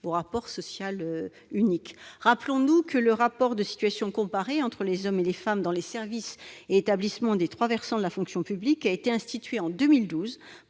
rapport social unique. Rappelons-nous que le rapport de situation comparée entre les hommes et les femmes dans les services et les établissements des trois versants de la fonction publique a été institué en 2012 par